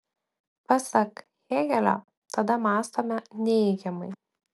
pasak hėgelio tada mąstome neigiamai